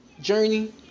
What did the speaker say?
journey